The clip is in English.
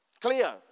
Clear